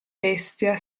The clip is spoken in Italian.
bestia